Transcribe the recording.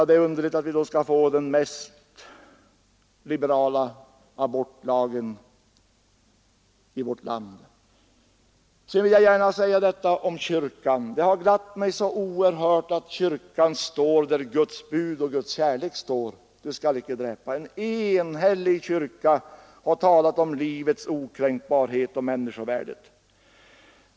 Det är underligt att vi då i vårt land skall få den mest liberala abortlagen. Det har glatt mig att kyrkan står där Guds bud och Guds kärlek står: Du skall icke dräpa. En enhällig kyrka har talat om livets okränkbarhet och människovärdet.